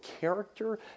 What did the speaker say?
character